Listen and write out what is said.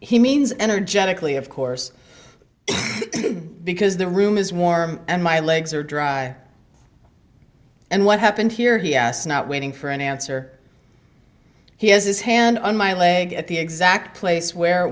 he means energetically of course because the room is warm and my legs are dry and what happened here he asked not waiting for an answer he has his hand on my leg at the exact place where